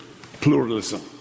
pluralism